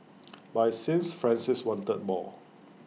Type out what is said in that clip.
but IT seems Francis wanted more